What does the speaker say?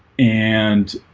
and